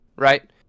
Right